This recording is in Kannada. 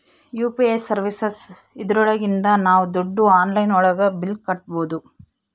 ಯು.ಪಿ.ಐ ಸರ್ವೀಸಸ್ ಇದ್ರೊಳಗಿಂದ ನಾವ್ ದುಡ್ಡು ಆನ್ಲೈನ್ ಒಳಗ ಬಿಲ್ ಕಟ್ಬೋದೂ